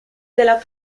della